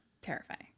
Terrifying